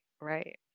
Right